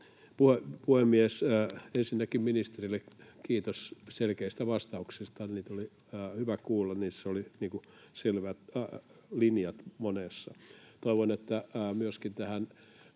puhemies! Ensinnäkin ministerille kiitos selkeistä vastauksista. Niitä oli hyvä kuulla, niissä oli selvät linjat monessa. Toivon, että ministeri